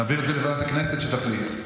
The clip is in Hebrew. נעביר את זה לוועדת הכנסת שתחליט.